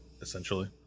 essentially